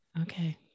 okay